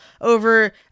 over